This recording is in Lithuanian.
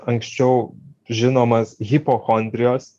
anksčiau žinomas hipochondrijos